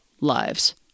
lives